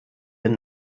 sind